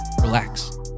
relax